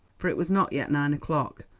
for it was not yet nine o'clock,